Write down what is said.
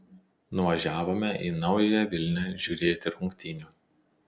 nuvažiavome į naująją vilnią žiūrėti rungtynių